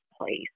place